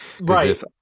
Right